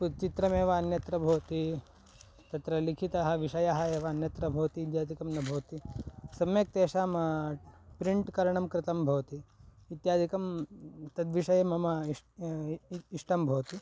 पुत् चित्रमेव अन्यत्र भवति तत्र लिखितः विषयः एव अन्यत्र भवति इत्यादिकं न भवति सम्यक् तेषां प्रिण्ट् करणं कृतं भवति इत्यादिकं तद्विषये मम इष्टं इष्टं भवति